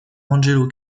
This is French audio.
angelo